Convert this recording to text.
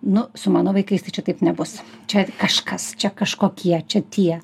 nu su mano vaikais tai čia taip nebus čia kažkas čia kažkokie čia tie